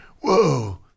whoa